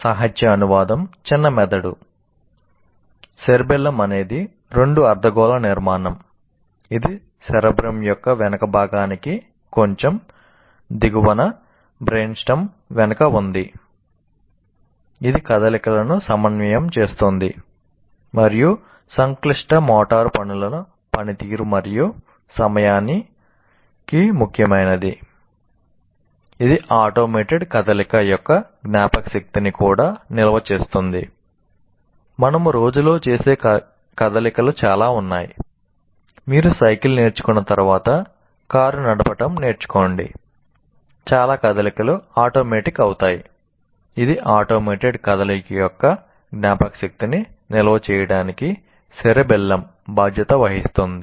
cerebellum బాధ్యత వహిస్తుంది